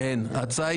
אין ההצעה למליאה אושרה.